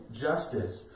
justice